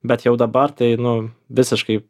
bet jau dabar tai nu visiškai